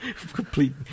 complete